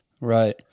Right